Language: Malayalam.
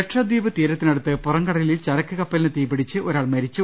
ലക്ഷദ്വീപ് തീരത്തിനടുത്ത് പുറംകടലിൽ ചരക്ക് കപ്പലിന് തീപ്പിടിച്ച് ഒരാൾ മരിച്ചു